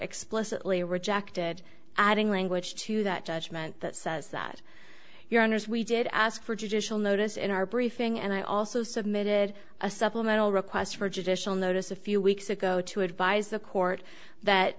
explicitly rejected adding language to that judgment that says that your honors we did ask for judicial notice in our briefing and i also submitted a supplemental request for judicial notice a few weeks ago to advise the court that